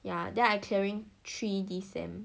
ya then I clearing three this semester